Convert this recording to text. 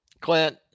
Clint